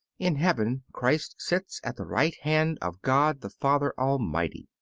in heaven christ sits at the right hand of god the father almighty.